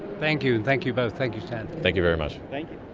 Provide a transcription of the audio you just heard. thank you, thank you both, thank you stan. thank you very much. thank you.